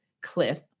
cliff